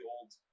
old